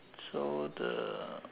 so the